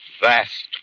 vast